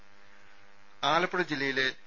രുമ ആലപ്പുഴ ജില്ലയിലെ പി